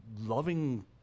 loving